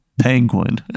Penguin